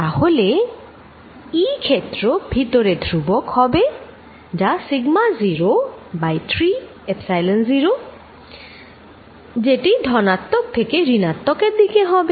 তাহলে E ক্ষেত্র ভেতরে ধ্রুবক হবে যা sigma 0 বাই 3এপসাইলন 0 যেটি ধনাত্মক থেকে ঋণাত্মক এর দিকে হবে